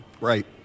Right